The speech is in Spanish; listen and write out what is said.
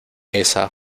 esa